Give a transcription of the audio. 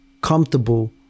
comfortable